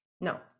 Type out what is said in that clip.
No